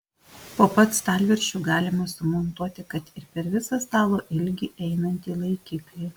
po pat stalviršiu galima sumontuoti kad ir per visą stalo ilgį einantį laikiklį